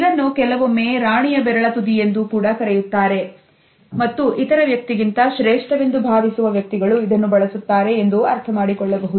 ಇದನ್ನು ಕೆಲವೊಮ್ಮೆ ರಾಣಿಯ ಬೆರಳ ತುದಿ ಎಂದು ಕರೆಯುತ್ತಾರೆ ಮತ್ತು ಇತರ ವ್ಯಕ್ತಿಗಿಂತ ಶ್ರೇಷ್ಠವೆದು ಭಾವಿಸುವ ವ್ಯಕ್ತಿಗಳು ಇದನ್ನು ಬಳಸುತ್ತಾರೆ ಎಂದು ಅರ್ಥಮಾಡಿಕೊಳ್ಳಬಹುದು